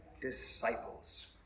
disciples